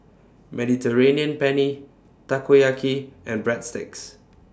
Mediterranean Penne Takoyaki and Breadsticks